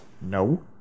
no